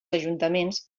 ajuntaments